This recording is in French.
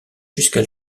jusqu’à